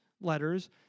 letters